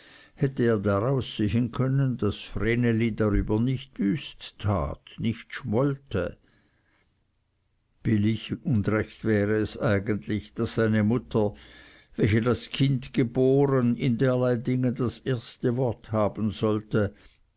hätte er daraus sehen können daß vreneli darüber nicht wüst tat nicht schmollte billig und recht wäre es eigentlich daß eine mutter welche das kind geboren in derlei dingen das erste wort haben sollte